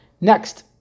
Next